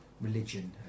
religion